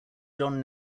john